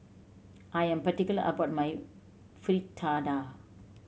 I am particular about my Fritada